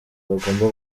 bagomba